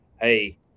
hey